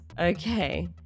okay